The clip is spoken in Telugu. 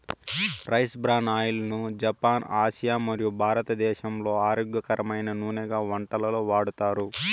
రైస్ బ్రాన్ ఆయిల్ ను జపాన్, ఆసియా మరియు భారతదేశంలో ఆరోగ్యకరమైన నూనెగా వంటలలో వాడతారు